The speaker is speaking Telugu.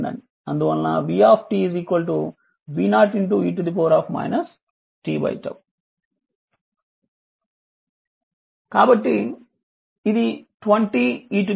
అందువలన v v 0 e t𝜏 కాబట్టి ఇది 20 e t వోల్ట్